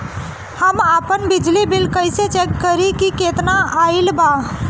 हम आपन बिजली बिल कइसे चेक करि की केतना आइल बा?